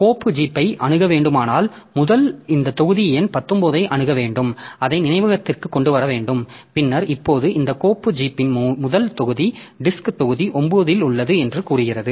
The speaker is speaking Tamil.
கோப்பு ஜீப்பை அணுக வேண்டுமானால் முதலில் இந்த தொகுதி எண் 19 ஐ அணுக வேண்டும் அதை நினைவகத்திற்கு கொண்டு வர வேண்டும் பின்னர் இப்போது இந்த கோப்பு ஜீப்பின் முதல் தொகுதி டிஸ்க் தொகுதி 9 இல் உள்ளது என்று கூறுகிறது